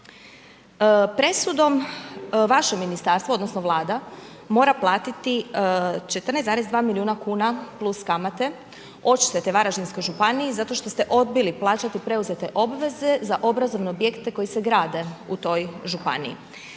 Presudom vaše ministarstvo, odnosno, vlada, mora platiti 14,2 milijuna kuna plus kamate, odštete Varaždinskoj županiji, zato što ste odbili plaćati preuzete obveze za obrazovne objekte koji se grade u toj županiji.